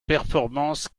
performance